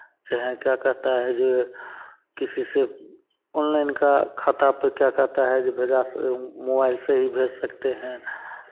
चाहे क्या कहता है जो ये किसी से ऑनलाइन का खाता पे क्या कहता है जो भेजा सक मोबाइल से ही भेज सकते हैं